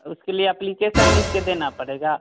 उसके लिए अप्लीकेसन लिख कर देना पड़ेगा